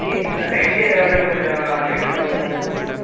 வீட்டில் லைட்டு அப்படியே கொஞ்சம் லைட்டில் கொஞ்சம் அதேமாதிரி